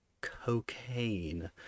Cocaine